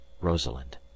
Rosalind